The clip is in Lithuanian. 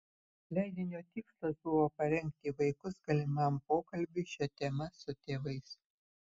leidinio tikslas buvo parengti vaikus galimam pokalbiui šia tema su tėvais